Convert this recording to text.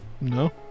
No